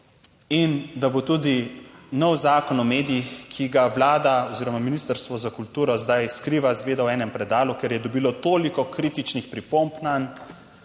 in da bo tudi nov zakon o medijih, ki ga vlada oziroma Ministrstvo za kulturo zdaj skriva, izgleda v enem predalu, ker je dobilo toliko kritičnih pripomb nanj,